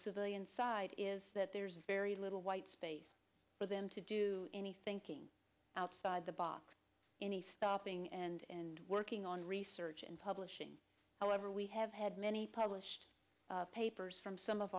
civilian side is that there's very little white space for them to do any thinking outside the box any stopping and working on research and publishing however we have had many published papers from some of